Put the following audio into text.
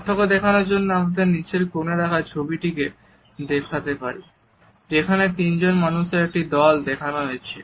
পার্থক্য দেখানোর জন্য আমরা নিচের কোণে রাখা ছবিটিকে দেখতে পারি যেখানে তিনজন মানুষের একটি দলকে দেখানো হয়েছে